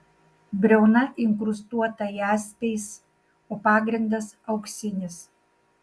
briauna inkrustuota jaspiais o pagrindas auksinis